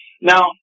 Now